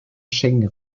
schengen